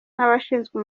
n’abashinzwe